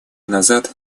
назад